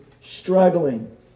struggling